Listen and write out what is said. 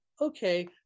okay